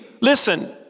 listen